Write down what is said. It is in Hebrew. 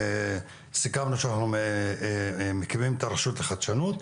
סיכמנו שאנחנו מקימים את הרשות לחדשנות,